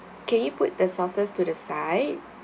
can you put the sauces to the side